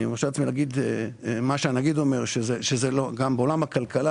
אני מרשה לעצמי להגיד את מה שהנגיד אומר שגם בעולם הכלכלה,